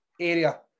area